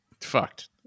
Fucked